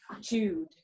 chewed